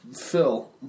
Phil